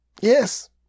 Yes